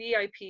VIP